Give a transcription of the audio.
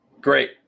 great